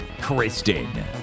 Kristen